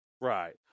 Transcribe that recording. Right